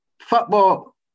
football